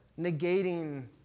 negating